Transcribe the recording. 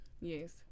yes